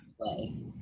play